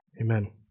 Amen